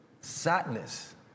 sadness